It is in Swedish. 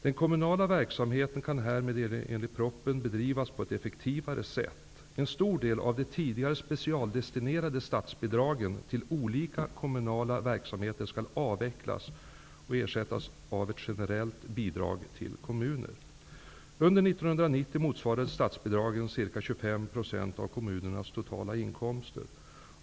Den kommunala verksamheten kan härmed enligt propositionen bedrivas på ett effektivare sätt. En stor del av de tidigare specialdestinerade statsbidragen till olika kommunala verksamheter skall avvecklas och ersättas av ett generellt bidrag till kommunen. Under 1990 motsvarade statsbidragen ca 25 % av kommunernas totala inkomster.